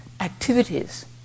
Activities